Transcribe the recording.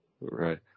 Right